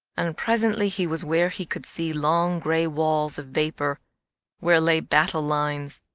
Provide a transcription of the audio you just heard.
and presently he was where he could see long gray walls of vapor where lay battle lines.